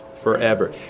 forever